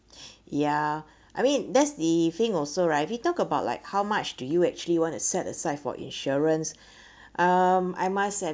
ya I mean that's the thing also right if you talk about like how much do you actually want to set aside for insurance um I must ad~